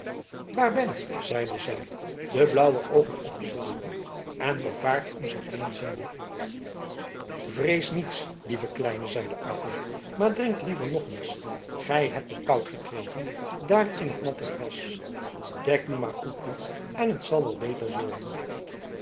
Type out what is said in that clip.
waar ben ik zeide zij de blauwe oogen opslaande en vervaard om zich heen ziende vrees niets lieve kleine zeide arkel maar drink liever nog eens gij hebt het koud gekregen daar in t natte gras dek u maar goed toe en het zal wel beter worden